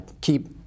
keep